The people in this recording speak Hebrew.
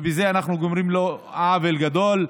ובזה אנחנו גורמים לו עוול גדול.